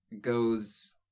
goes